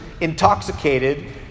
intoxicated